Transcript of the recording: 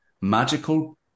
Magical